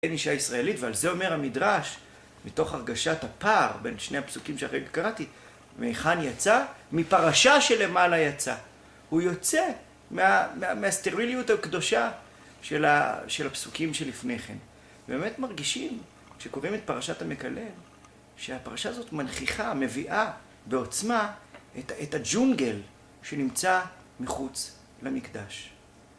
אין אישה ישראלית, ועל זה אומר המדרש, מתוך הרגשת הפער בין שני הפסוקים שאחרי קראתי, מאיחן יצא מפרשה שלמעלה יצא. הוא יוצא מהסטריליות הקדושה של הפסוקים שלפני כן. באמת מרגישים, כשקוראים את פרשת המקלר, שהפרשה הזאת מנחיכה, מביאה בעוצמה את הג'ונגל שנמצא מחוץ למקדש.